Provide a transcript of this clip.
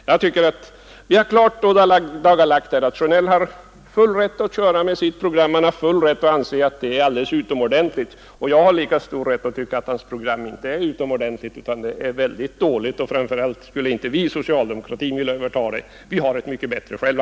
Jag finner det alltså helt klart att herr Sjönell har full rätt att köra med sitt program och anse att det är alldeles utomordentligt och att jag har lika stor rätt att tycka att det inte är utomordentligt utan tvärtom väldigt dåligt. Framför allt skulle vi inom socialdemokratin inte vilja överta det. Vi har ett mycket bättre själva.